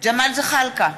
ג'מאל זחאלקה,